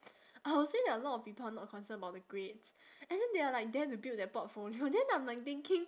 I will say that a lot of people are not concern about the grades and then they are like there to build their portfolio then like I'm thinking